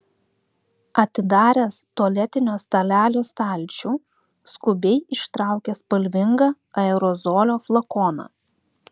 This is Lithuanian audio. atidaręs tualetinio stalelio stalčių skubiai ištraukė spalvingą aerozolio flakoną